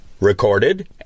recorded